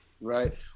right